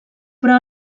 però